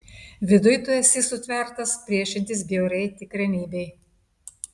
viduj tu esi sutvertas priešintis bjauriai tikrenybei